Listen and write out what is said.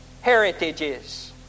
heritages